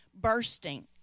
bursting